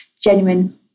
genuine